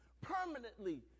permanently